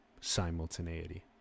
simultaneity